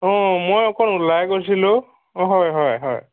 মই অকণ ওলাই গৈছিলো হয় হয় হয়